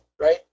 right